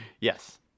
Yes